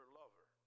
lover